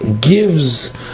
gives